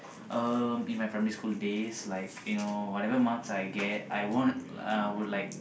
um in my primary school days like you know whatever marks I get I won't I will like